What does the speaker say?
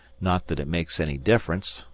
not that it makes any difference,